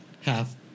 half